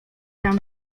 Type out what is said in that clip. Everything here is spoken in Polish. tam